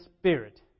Spirit